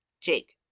Jake